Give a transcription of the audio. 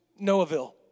Noahville